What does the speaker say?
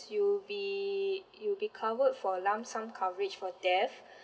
you'll be you'll be covered for lump sum coverage for death